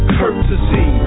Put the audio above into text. courtesy